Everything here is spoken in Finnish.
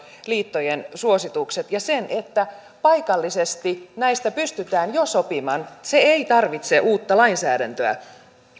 liittojen suositukset ja sen että paikallisesti näistä pystytään jo sopimaan että se ei tarvitse uutta lainsäädäntöä